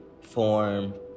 form